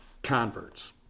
Converts